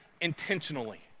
intentionally